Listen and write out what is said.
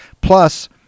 Plus